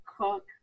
cook